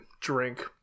drink